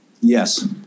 Yes